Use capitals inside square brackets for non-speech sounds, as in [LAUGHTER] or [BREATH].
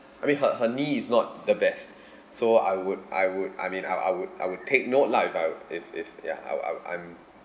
I mean her her knee is not the best [BREATH] so I would I would I mean I I would I would take note lah if I'd if if ya I'd I'd I'm